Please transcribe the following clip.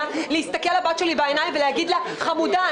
להסתכל אל הבת שלי בעיניים ולהגיד לה: חמודה,